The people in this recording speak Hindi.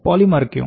पॉलीमर क्यों